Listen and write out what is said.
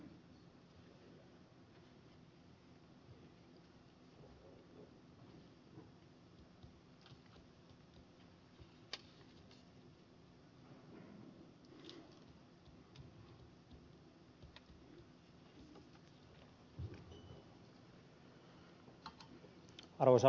arvoisa puhemies